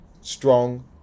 strong